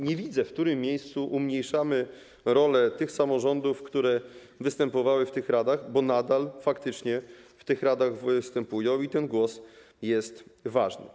Nie widzę, w którym miejscu umniejszamy rolę samorządów, które występowały w tych radach, bo nadal faktycznie w tych radach występują i ten głos jest ważny.